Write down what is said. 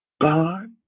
God